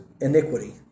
iniquity